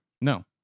No